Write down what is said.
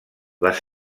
les